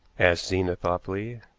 asked zena thoughtfully.